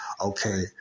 okay